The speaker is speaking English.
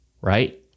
right